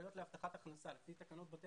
שזכאיות להבטחת הכנסה - לפי תקנות בתי